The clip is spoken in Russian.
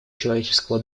человеческого